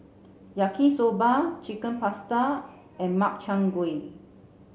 Yaki Soba Chicken Pasta and Makchang Gui